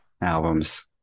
album's